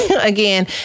again